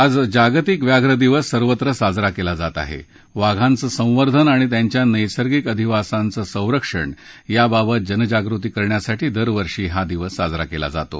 आज जागतिक व्याघ्र दिवस सर्वत्र साजरा क्वि जात आहा प्राघांचं संवर्धन आणि त्यांच्या नैसर्गिक अधिवासांचं संरक्षण याबाबत जनजागृती करण्यासाठी दरवर्षी हा दिवस साजरा क्ला जातो